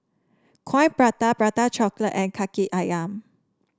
Coin Prata Prata Chocolate and kaki ayam